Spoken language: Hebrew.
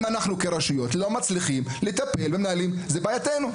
אם אנחנו כראשי רשויות לא מצליחים לטפל בבעיה הזאת זה עניין שלנו.